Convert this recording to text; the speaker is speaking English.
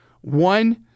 One